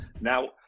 Now